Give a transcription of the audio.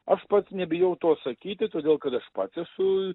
aš pats nebijau to sakyti todėl kad pats esu